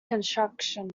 construction